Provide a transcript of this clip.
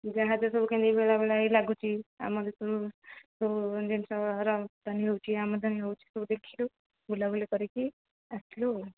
ଯାହାଜ ସବୁ କେମିତି ବେଳାବେଳା ହେଇ ଲାଗୁଛି ଆମ ଦେଶରୁ ସବୁ ଜିନିଷ ରପ୍ତାନୀ ହେଉଛି ଆମଦାନୀ ହେଉଛି ସବୁ ଦେଖିଲୁ ବୁଲାବୁଲି କରିକି ଆସିଲୁ ଆଉ